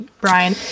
brian